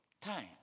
time